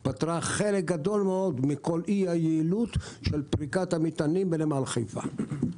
היא פתרה חלק גדול מאוד מכל אי היעילות של פריקת המטענים בנמל חיפה.